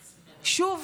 -- שוב,